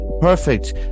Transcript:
Perfect